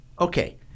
Okay